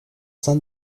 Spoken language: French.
saint